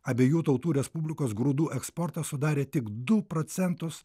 abiejų tautų respublikos grūdų eksportas sudarė tik du procentus